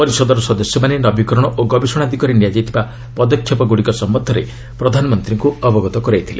ପରିଷଦର ସଦସ୍ୟମାନେ ନବିକରଣ ଓ ଗବେଷଣା ଦିଗରେ ନିଆଯାଇଥିବା ପଦକ୍ଷେପଗ୍ରଡ଼ିକ ସମ୍ଭନ୍ଧରେ ପ୍ରଧାନମନ୍ତ୍ରୀଙ୍କୁ ଅବଗତ କରାଇଥିଲେ